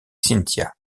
cynthia